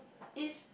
it's